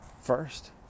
first